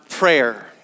prayer